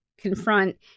confront